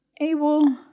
able